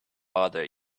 bother